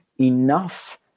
enough